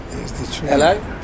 Hello